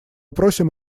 просим